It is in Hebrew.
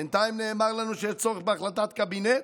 בינתיים נאמר לנו שיש צורך בהחלטת קבינט.